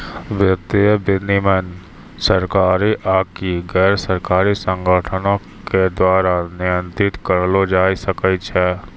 वित्तीय विनियमन सरकारी आकि गैरसरकारी संगठनो के द्वारा नियंत्रित करलो जाय सकै छै